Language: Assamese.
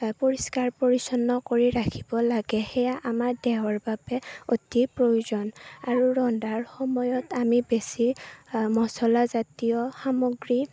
পৰিষ্কাৰ পৰিছন্ন কৰি ৰাখিব লাগে সেয়া আমাৰ দেহৰ বাবে অতি প্ৰয়োজন আৰু ৰন্ধাৰ সময়ত আমি বেছি মছলাজাতীয় সামগ্ৰী